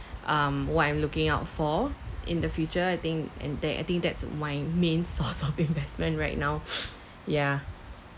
um what I'm looking out for in the future I think and that I think that's my main source of investment right now yeah